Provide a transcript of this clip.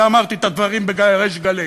ואמרתי את הדברים בריש גלי.